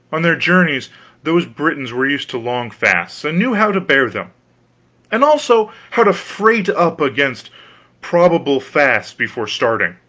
on their journeys those britons were used to long fasts, and knew how to bear them and also how to freight up against probable fasts before starting,